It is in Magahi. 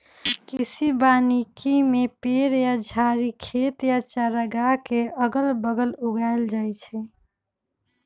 कृषि वानिकी में पेड़ या झाड़ी खेत या चारागाह के अगल बगल उगाएल जाई छई